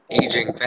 aging